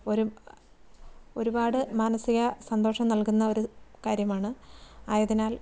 ഒരു ഒരുപാട് മാനസിക സന്തോഷം നൽകുന്ന ഒരു കാര്യമാണ് ആയതിനാൽ